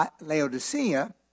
Laodicea